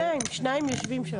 שניים יושבים שם.